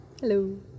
Hello